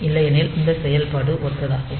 இல்லையெனில் இந்த செயல்பாடு ஒத்ததாகும்